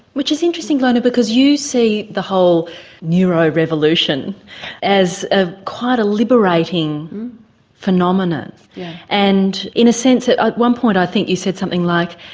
which is interesting, kind of because you see the whole neuro revolution as ah quite a liberating phenomenon and in a sense at ah one point i think you said something like,